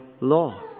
law